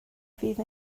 fydd